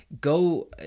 go